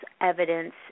evidence